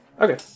Okay